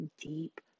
deep